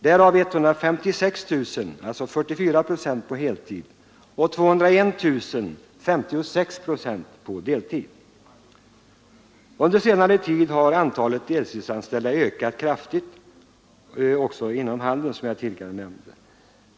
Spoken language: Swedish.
Därav var 156 000, alltså 44 procent, anställda på heltid och 201 000, alltså 56 procent, på deltid. Under senare tid har antalet deltidsanställda ökat kraftigt inom handeln, som jag tidigare nämnde.